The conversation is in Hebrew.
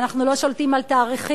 ואנחנו לא שולטים על תאריכים.